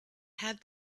had